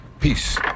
peace